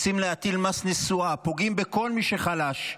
רוצים להטיל מס נסועה, פוגעים בכל מי שחלש,